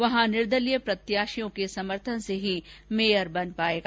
वहां निर्दलीय प्रत्याशियों के समर्थन से ही मेयर बन पायेगा